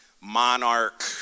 monarch